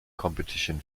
competition